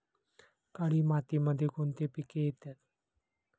काळी मातीमध्ये कोणते पिके येते?